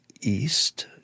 east